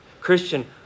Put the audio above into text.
Christian